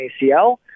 ACL